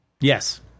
yes